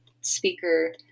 speaker